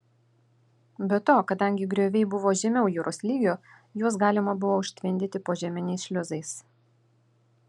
be to kadangi grioviai buvo žemiau jūros lygio juos galima buvo užtvindyti požeminiais šliuzais